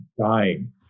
dying